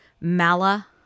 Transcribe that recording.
Mala